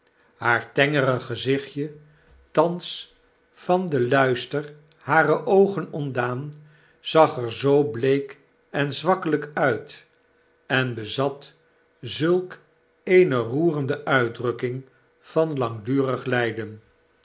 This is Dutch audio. haar tengere gezichtje thans van den luister harer oogen ontdaan zag er zoo bleek en zwakkelijk uit en bezat zulk eene roerende uitdrukking van langdurig